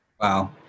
Wow